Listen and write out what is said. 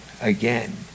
again